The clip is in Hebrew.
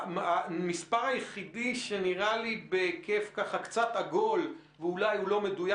המספר היחידי שנראה לי בהיקף ככה קצת עגול ואולי הוא לא מדויק